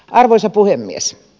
arvoisa puhemies